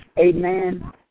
Amen